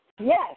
Yes